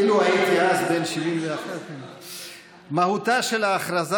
אילו הייתי אז בן 71. מהותה של ההכרזה